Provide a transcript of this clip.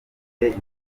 dufite